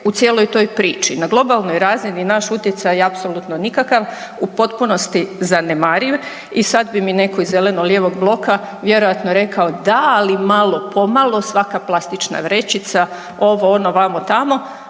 u cijeloj toj priči. Na globalnoj razini je naš utjecaj apsolutno nikakav, u potpunosti zanemariv i sad bi netko iz zeleno-lijevog bloka vjerojatno rekao da ali malo, pomalo svaka plastična vrećica, ovo ono, vamo tamo,